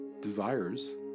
desires